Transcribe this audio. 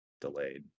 delayed